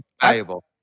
valuable